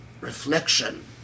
reflection